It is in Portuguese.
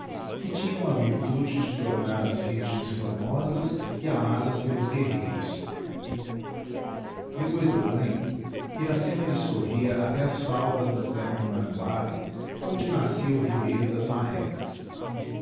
que tinham a virtude de tornar as virgens formosas e amadas pelos guerreiros depois do banho iracema discorria até as faldas da serra do maranguab onde nascia o ribeiro das marrecas